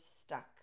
stuck